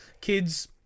Kids